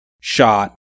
shot